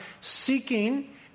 seeking